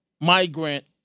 migrant